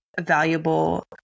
valuable